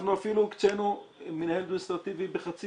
אנחנו אפילו הקצינו מנהל אדמיניסטרטיבי בחצי